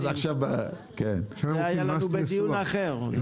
את זה היה לנו בדיון אחר.